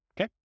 okay